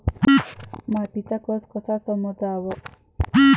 मातीचा कस कसा समजाव?